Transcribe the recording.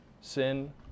Sin